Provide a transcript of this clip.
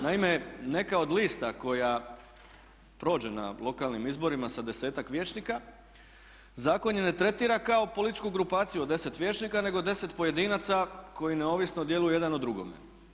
Naime, neka od lista koja prođe na lokalnim izborima sa 10-ak vijećnika zakon je ne tretira kao političku grupaciju od 10 vijećnika nego 10 pojedinaca koji neovisno djeluju jedan o drugome.